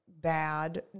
bad